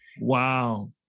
Wow